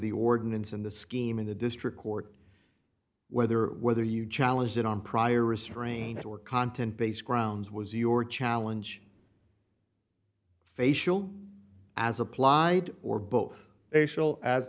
the ordinance in the scheme in the district court whether whether you challenged it on prior restraint or content based grounds was your challenge facial as applied or both a